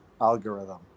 algorithm